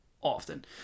often